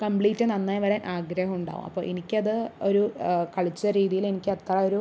complete നന്നായി വരാൻ ആഗ്രഹുണ്ടാകും അപ്പോൾ എനിക്കത് ഒരു കളിച്ച രീതിയിൽ എനിക്ക് അത്ര ഒരു